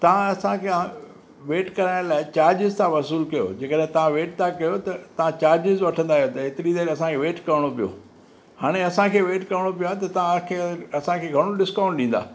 तव्हां असांखे वेट कराइण लाइ चार्जिस था वसूल कयो जेकरे तां वेट था कयो त तां चार्जिस वठंदा आहियो त एतिरी देर असांखे वेट करणो पियो हाणे असांखे वेट करणो पयो आहे त तव्हां असांखे घणो डिस्काउंट ॾींदा